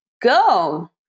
go